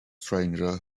stranger